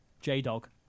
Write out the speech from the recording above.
J-Dog